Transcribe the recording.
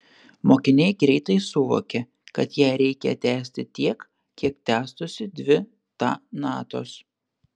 mokiniai greitai suvokia kad ją reikia tęsti tiek kiek tęstųsi dvi ta natos